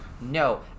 no